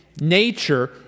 nature